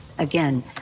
Again